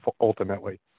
ultimately